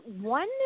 one